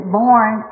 born